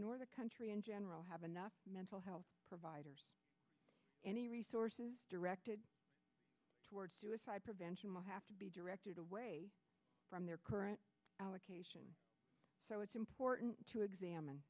nor the country in general have enough mental health provider any resources directed towards prevention will have to be directed away from their current allocation so it's important to examine